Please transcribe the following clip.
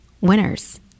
Winners